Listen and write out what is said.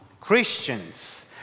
Christians